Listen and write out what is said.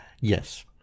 Yes